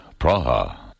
Praha